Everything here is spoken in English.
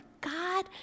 God